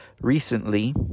recently